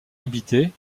habité